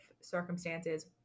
circumstances